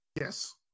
yes